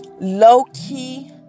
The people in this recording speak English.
low-key